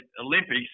Olympics